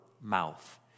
mouth